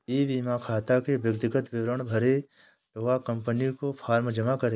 ई बीमा खाता में व्यक्तिगत विवरण भरें व कंपनी को फॉर्म जमा करें